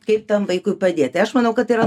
kaip tam vaikui padėt tai aš manau kad tai yra